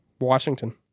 Washington